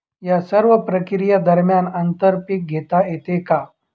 या सर्व प्रक्रिये दरम्यान आंतर पीक घेता येते का?